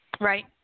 right